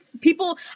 people